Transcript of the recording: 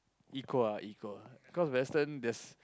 equal ah equal ah cause western there's